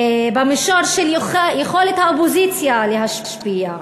במישור של יכולת האופוזיציה להשפיע.